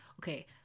okay